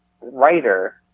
writer